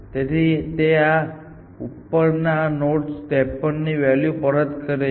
તેથી તે આ ઉપર ના નોડમાં 53 વેલ્યુ પરત કરે છે